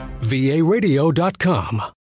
varadio.com